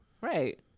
Right